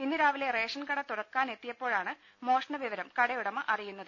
ഇന്ന് രാവിലെ റേഷൻ കടതുറക്കാനെത്തിയപ്പോഴാണ് മോഷണ വിവരം കടയുടമ അറിയുന്നത്